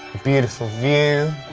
beautiful view.